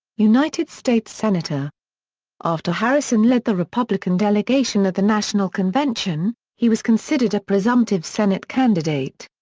united states senator after harrison led the republican delegation at the national convention, he was considered a presumptive senate candidate.